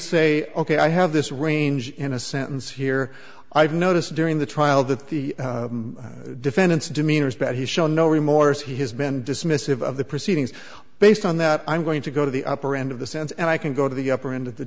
say ok i have this range in a sentence here i've noticed during the trial that the defendant's demeanor is bad he's shown no remorse he has been dismissive of the proceedings based on that i'm going to go to the upper end of the sense and i can go to the upper end of the